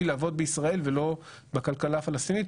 לעבוד בישראל ולא בכלכלה הפלסטינית,